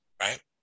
right